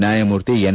ನ್ಯಾಯಮೂರ್ತಿ ಎನ್